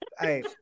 hey